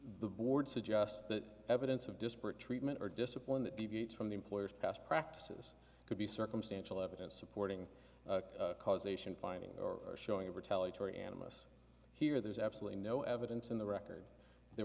the board suggests that evidence of disparate treatment or discipline that deviates from the employer's past practices could be circumstantial evidence supporting causation finding or showing a retaliatory animus here there's absolutely no evidence in the record there